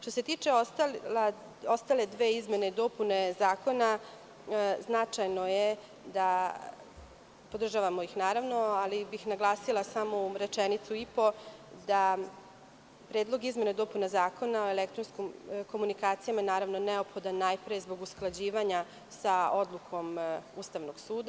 Što se tiče ostale dve izmene i dopune zakona, podržavamo ih, naravno, ali bih naglasila samo u rečenici i po da Predlog izmena i dopuna Zakona o elektronskim komunikacijama je neophodan najpre zbog usklađivanja sa odlukom Ustanog suda.